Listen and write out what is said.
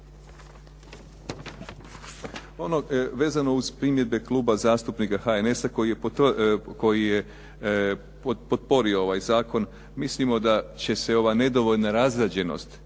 Ono vezano uz primjedbe Kluba zastupnika HNS-a koji je potporio ovaj zakon, mislimo da će se ova nedovoljna razrađenost,